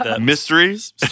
mysteries